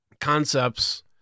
concepts